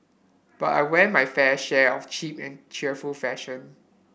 but I wear my fair share of cheap and cheerful fashion